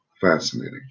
fascinating